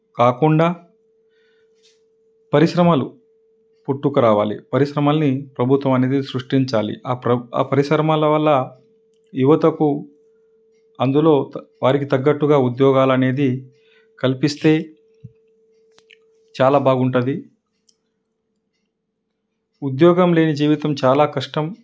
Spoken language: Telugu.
కాకుండా పరిశ్రమలు పుట్టుక రావాలి పరిశ్రమల్ని ప్రభుత్వం అనేది సృష్టించాలి ఆ ప్రబ్ ఆ పరిశ్రమల వల్ల యువతకు అందులో వారికి తగ్గట్టుగా ఉద్యోగాలు అనేది కల్పిస్తే చాలా బాగుంటుంది ఉద్యోగం లేని జీవితం చాలా కష్టం